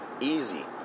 easy